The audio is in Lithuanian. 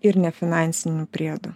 ir nefinansinių priedų